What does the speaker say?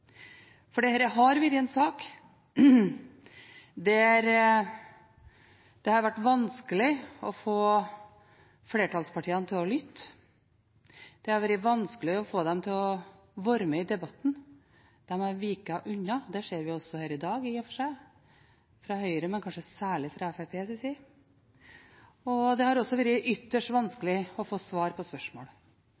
For dette har vært en sak der det har vært vanskelig å få flertallspartiene til å lytte. Det har vært vanskelig å få dem til å være med i debatten. De har veket unna. Det ser vi også her i dag, i og for seg, fra Høyres, men kanskje særlig fra Fremskrittspartiets side. Det har også vært ytterst